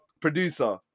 producer